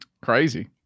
Crazy